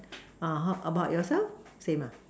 how about yourself same